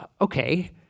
okay